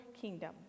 kingdom